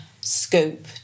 scope